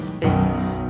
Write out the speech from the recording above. face